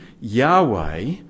Yahweh